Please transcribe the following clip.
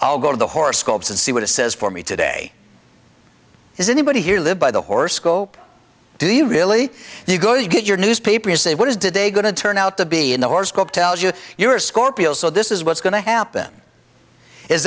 i'll go to the horoscopes and see what it says for me today is anybody here live by the horse scope do you really you go you get your newspaper say what does today going to turn out to be in the horoscope tells you you're a scorpio so this is what's going to happen is